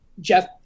Jeff